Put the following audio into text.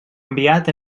enviat